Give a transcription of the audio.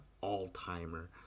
all-timer